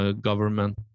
government